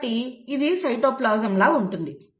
కాబట్టి ఇది సైటోప్లాజంలో లాగా ఉంటుంది